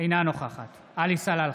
אינה נוכחת עלי סלאלחה,